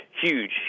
huge